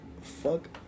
fuck